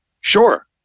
sure